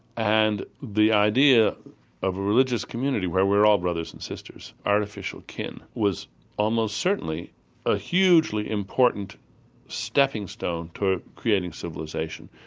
and the idea of a religious community where we're all brothers and sisters, artificial kin, was almost certainly a hugely important stepping stone toward creating civilisation.